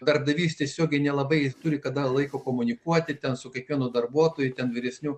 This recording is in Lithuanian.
darbdavys tiesiogiai nelabai turi kada laiko komunikuoti ten su kiekvienu darbuotoju ten vyresnių